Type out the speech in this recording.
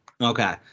Okay